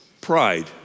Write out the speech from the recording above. Pride